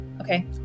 Okay